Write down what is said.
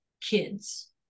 kids